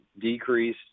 decrease